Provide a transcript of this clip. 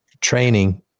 training